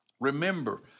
Remember